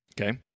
Okay